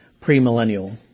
pre-millennial